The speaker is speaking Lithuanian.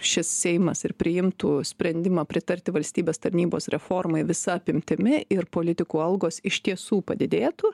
šis seimas ir priimtų sprendimą pritarti valstybės tarnybos reformai visa apimtimi ir politikų algos iš tiesų padidėtų